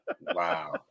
Wow